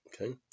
okay